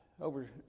Over